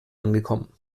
angekommen